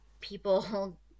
people